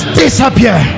disappear